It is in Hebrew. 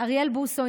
אוריאל בוסו,